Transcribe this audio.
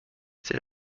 c’est